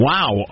Wow